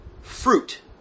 fruit